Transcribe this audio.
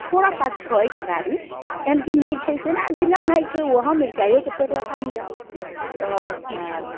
थोड़ा सा छै घरारी एहन कि नहि छै से जिनका नहि छै ओ अहाँ मिरचाइओके पेड़ लगा लिअ तऽ किछु